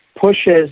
pushes